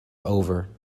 over